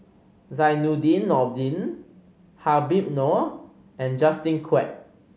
Zainudin Nordin Habib Noh and Justin Quek